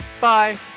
bye